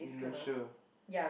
inertia